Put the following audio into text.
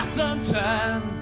sometime